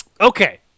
Okay